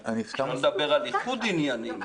שלא לדבר על איחוד עניינים,